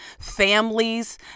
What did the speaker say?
families